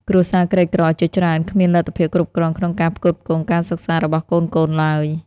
គ្រួសារក្រីក្រជាច្រើនគ្មានលទ្ធភាពគ្រប់គ្រាន់ក្នុងការផ្គត់ផ្គង់ការសិក្សារបស់កូនៗឡើយ។